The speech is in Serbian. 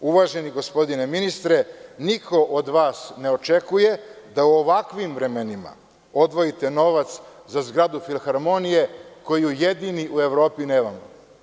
Uvaženi gospodine ministre, niko od vas ne očekuje da u ovakvim vremenima odvojite novac za zgradu filharmonije, koju jedini u Evropi nemamo.